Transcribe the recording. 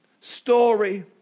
story